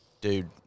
dude